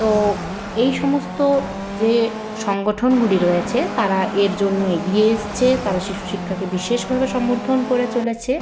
তো এই সমস্ত যে সংগঠনগুলি রয়েছে তারা এর জন্য এগিয়ে এসছে তারা শিশু শিক্ষাকে বিশেষভাবে সমর্থন করে চলেছে